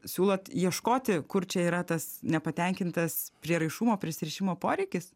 siūlot ieškoti kur čia yra tas nepatenkintas prieraišumo prisirišimo poreikis